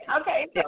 Okay